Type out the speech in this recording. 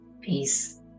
peace